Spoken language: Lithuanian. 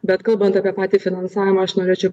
bet kalbant apie patį finansavimą aš norėčiau